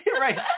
Right